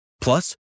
Plus